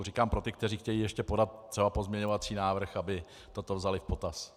Říkám pro ty, kteří chtějí ještě podat pozměňovací návrh, aby toto vzali v potaz.